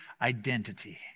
identity